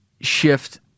shift